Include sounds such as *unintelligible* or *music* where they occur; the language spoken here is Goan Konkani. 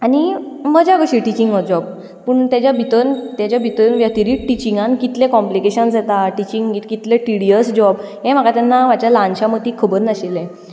आनी मजा कशी टिचींग हो जॉब पूण तेच्या भितर तेच्या भितर *unintelligible* टिचींगांत कितले कॉम्पलिकेशन जाता टिचींग कितलें टिडीयस जॉब हें म्हाका तेन्ना म्हाज्या ल्हानशा मतीक खबर नाशिल्लें